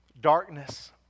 darkness